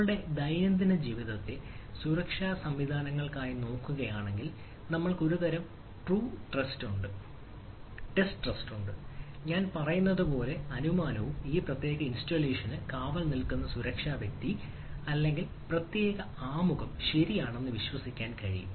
നമ്മളുടെ ദൈനംദിന ജീവിതത്തെ സുരക്ഷാ സംവിധാനങ്ങൾക്കായി നോക്കുകയാണെങ്കിൽ നമ്മൾക്ക് ഒരുതരം ടെസ്റ്റ് ട്രസ്റ്റ് ഉണ്ട് ഞാൻ പറയുന്നതുപോലുള്ള അനുമാനവും ആ പ്രത്യേക ഇൻസ്റ്റാളേഷന് കാവൽ നിൽക്കുന്ന സുരക്ഷാ വ്യക്തി അല്ലെങ്കിൽ പ്രത്യേക ആമുഖം ശരിയാണെന്ന് വിശ്വസിക്കാൻ കഴിയും